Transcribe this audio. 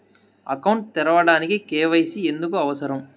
Account తెరవడానికి, KYC ఎందుకు అవసరం?